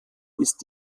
ist